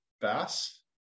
Bass